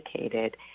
educated